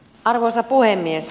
arvoisa puhemies